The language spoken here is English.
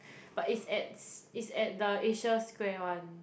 but it's at it's at the Asia Square one